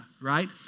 right